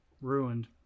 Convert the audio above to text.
Ruined